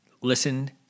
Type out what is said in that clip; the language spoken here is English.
listened